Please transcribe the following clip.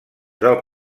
del